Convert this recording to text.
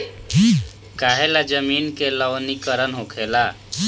काहें ला जमीन के लवणीकरण होखेला